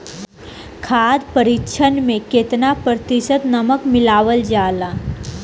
खाद्य परिक्षण में केतना प्रतिशत नमक मिलावल जाला?